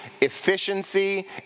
efficiency